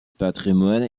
patrimoine